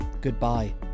Goodbye